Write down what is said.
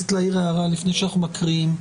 רצית להעיר הערה לפני שאנחנו מקריאים.